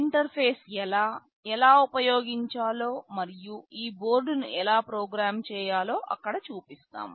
interface ఎలా ఎలా ఉపయోగించాలో మరియు ఈ బోర్డును ఎలా ప్రోగ్రామ్ చేయాలో అక్కడ చూపిస్తాము